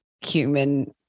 human